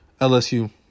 LSU